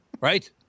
Right